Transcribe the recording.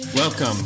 Welcome